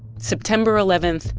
september eleven,